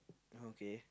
okay